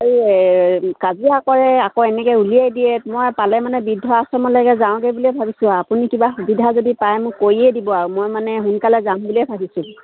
এই কাজিয়া কৰে আকৌ এনেকৈ উলিয়াই দিয়ে মই পালে মানে বৃদ্ধ আশ্ৰমলৈকে যাওঁগৈ বুলিয়ে ভাবিছোঁ আপুনি কিবা সুবিধা যদি পায় মোক কৰিয়ে দিব আৰু মই মানে সোনকালে যাম বুলিয়ে ভাবিছোঁ